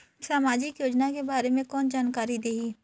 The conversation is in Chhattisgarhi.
समाजिक योजना के बारे मे कोन जानकारी देही?